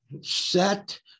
set